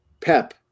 Pep